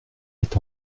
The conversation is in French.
est